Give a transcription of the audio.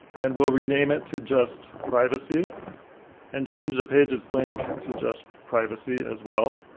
and we'll rename it to just, privacy and change the page's link to just privacy as well.